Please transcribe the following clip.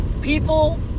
People